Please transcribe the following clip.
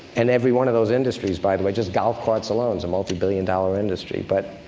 and every one of those industries, by the way just golf carts alone is a multi-billion-dollar industry. but